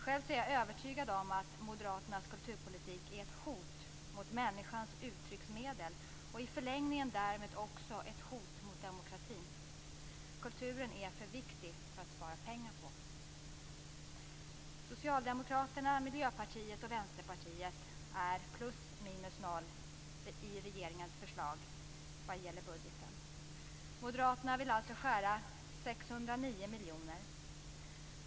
Själv är jag övertygad om att Moderaternas kulturpolitik är ett hot mot människans uttrycksmedel och i förlängningen därmed också ett hot mot demokratin. Kulturen är för viktig för att spara pengar på. Socialdemokraterna, Miljöpartiet och Vänsterpartiet står på plus minus noll i fråga om regeringens förslag vad gäller budgeten. Moderaterna vill alltså skära ned med 609 miljoner.